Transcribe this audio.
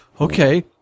Okay